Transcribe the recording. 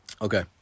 okay